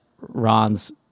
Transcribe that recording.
Ron's